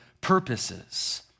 purposes